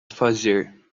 fazer